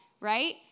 right